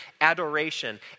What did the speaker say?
adoration